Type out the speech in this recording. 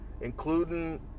including